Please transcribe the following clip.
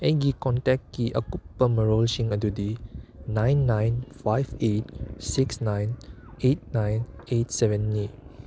ꯑꯩꯒꯤ ꯀꯣꯟꯇꯦꯛꯀꯤ ꯑꯀꯨꯞꯄ ꯃꯔꯣꯜꯁꯤꯡ ꯑꯗꯨꯗꯤ nine nine five eight six nine eight nine eight ꯁꯕꯦꯟꯅꯤ